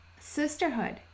sisterhood